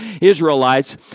Israelites